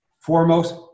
foremost